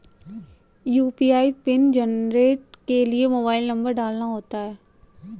UPI pin generate के लिए mobile number डालना होता है